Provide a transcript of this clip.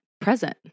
present